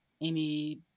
Amy